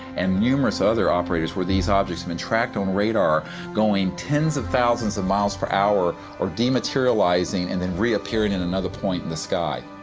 and numerous other operators, where these objects have been tracked on radar going tens of thousands of miles per hour, or dematerializing and then reappearing in another point in the sky.